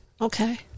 okay